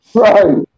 right